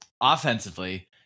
offensively